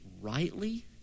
rightly